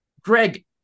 Greg